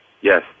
Yes